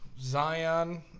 Zion